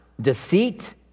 deceit